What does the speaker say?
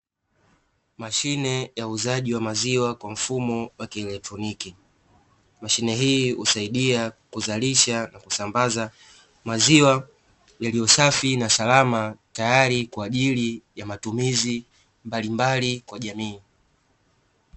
Mashine ya uuzaji wa maziwa kwa mfumo wa kielotroniki, mashine hii husaidia kuzalisha na kusambaza maziwa yaliyopo safi na salama tayari kwa kwa ajili ya matumizi mbalimbali ya jamii.